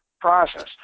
process